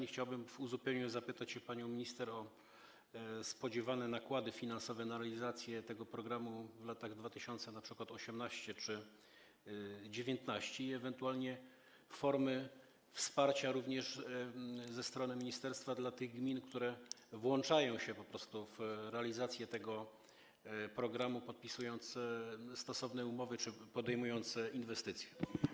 I chciałbym w uzupełnieniu zapytać panią minister o spodziewane nakłady finansowe na realizację tego programu np. w roku 2018 czy 2019 i ewentualnie formy wsparcia również ze strony ministerstwa dla tych gmin, które włączają się po prostu w realizację tego programu, podpisując stosowne umowy czy podejmując inwestycje.